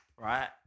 right